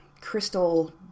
crystal